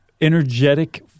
energetic